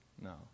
No